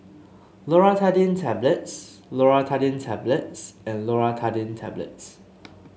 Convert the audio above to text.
Loratadine Tablets Loratadine Tablets and Loratadine Tablets